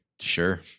sure